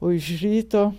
o iš ryto